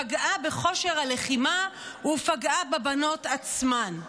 פגעה בכושר הלחימה ופגעה בבנות עצמן.